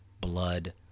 blood